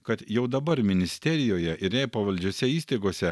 kad jau dabar ministerijoje ir jai pavaldžiose įstaigose